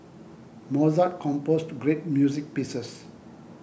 Mozart composed great music pieces